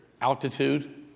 altitude